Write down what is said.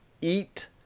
eat